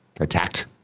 attacked